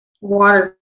water